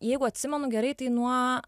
jeigu atsimenu gerai tai nuo